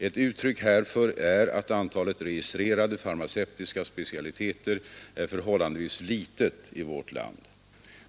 Ett uttryck härför är att antalet registrerade farmaceutiska specialiteter är förhållandevis litet i vårt land.